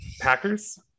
Packers